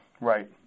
Right